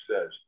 Says